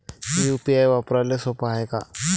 UPI वापराले सोप हाय का?